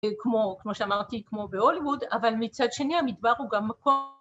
כמו... כמו שאמרתי, כמו בהוליווד, אבל מצד שני המדבר הוא גם מקום